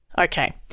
Okay